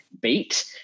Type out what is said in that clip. beat